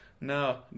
no